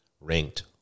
ranked